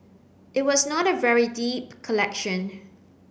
it was not a very deep collection